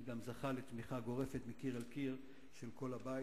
הוא גם זכה לתמיכה גורפת מקיר אל קיר של כל הבית,